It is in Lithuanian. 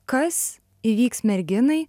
kas įvyks merginai